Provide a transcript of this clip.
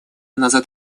назад